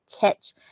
catch